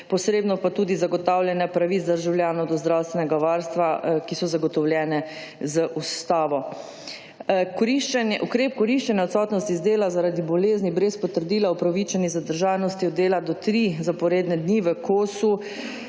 posredno pa tudi zagotavljanje pravic državljanov do zdravstvenega varstva, ki so zagotovljene z ustavo. Ukrep koriščenja odsotnosti z dela zaradi bolezni brez potrdila o upravičeni zadržanosti od dela do treh zaporednih dni v kosu